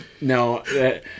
no